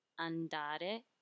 andare